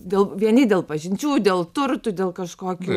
dėl vieni dėl pažinčių dėl turtų dėl kažkokių